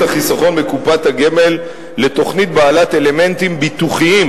החיסכון בקופת הגמל לתוכנית בעלת אלמנטים ביטוחיים,